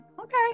Okay